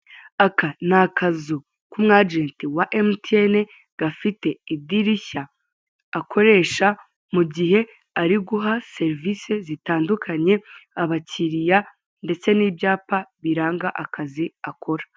Aka ni akazu k'umwajenti wa emutiyene gafite idirishya akoresha mu gihe ari guha serivise abakiliya ndetse n'ibyapa biranga akazi akora.